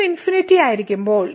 x ആയിരിക്കുമ്പോൾ